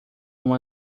uma